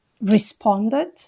responded